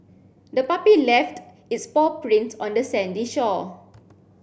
the puppy left its paw prints on the sandy shore